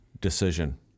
decision